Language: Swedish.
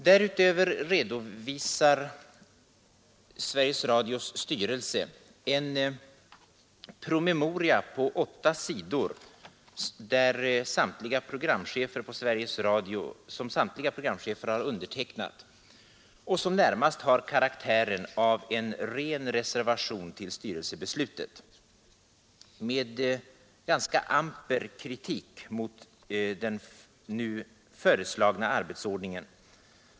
Därutöver redovisar Sveriges Radios styrelse en promemoria på åtta sidor, som samtliga programchefer har undertecknat och som likaledes närmast har karaktären av ren reservation till styrelsebeslutet, med ganska amper kritik mot den nu föreslagna arbetsordningen.